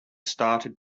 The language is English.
started